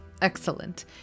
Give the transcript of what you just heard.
excellent